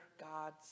God's